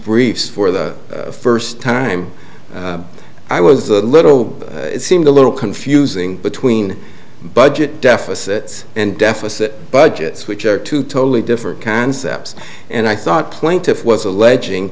briefs for the first time i was a little bit it seemed a little confusing between budget deficit and deficit budgets which are two totally different concepts and i thought plaintiff was alleging